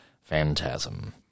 Phantasm